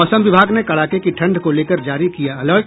मौसम विभाग ने कड़ाके की ठंड को लेकर जारी किया अलर्ट